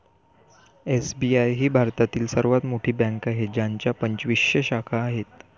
SBI ही भारतातील सर्वात मोठी बँक आहे ज्याच्या पंचवीसशे शाखा आहेत